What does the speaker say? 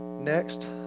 Next